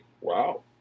Wow